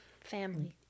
Family